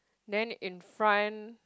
then in front